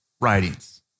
writings